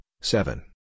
seven